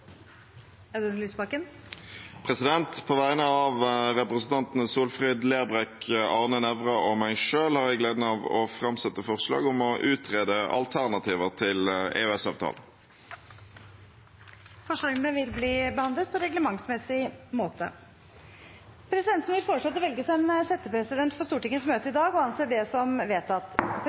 Audun Lysbakken vil fremsette et representantforslag. På vegne av representantene Solfrid Lerbrekk, Arne Nævra og meg selv har jeg gleden av å framsette forslag om å utrede alternativer til EØS-avtalen. Forslagene vil bli behandlet på reglementsmessig måte. Presidenten vil foreslå at det velges en settepresident for Stortingets møte i dag – og anser det som vedtatt.